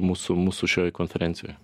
mūsų mūsų šioj konferencijoj